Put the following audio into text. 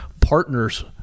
partners